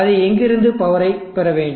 அது எங்கிருந்து பவரை பெறவேண்டும்